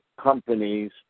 companies